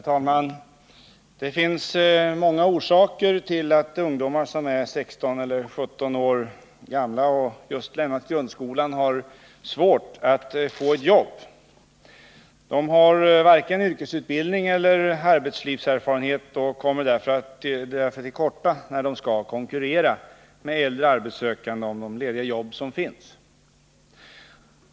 Herr talman! Det finns många orsaker till att ungdomar som är 16 eller 17 år gamla och just lämnat grundskolan har svårt att få ett jobb. De har varken yrkesutbildning eller arbetslivserfarenhet, och de kommer därför till korta när de skall konkurrera med äldre arbetssökande om de lediga platser som finns.